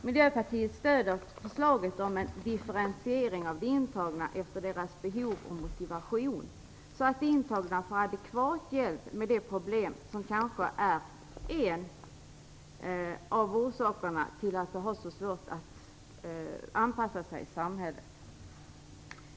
Miljöpartiet stöder förslaget om en differentiering av de intagna efter deras behov och motivation, så att de intagna får adekvat hjälp med de problem som kanske är en av orsakerna till att de intagna har så svårt att anpassa sig i samhället.